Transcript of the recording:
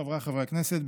חבריי חברי הכנסת,